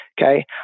okay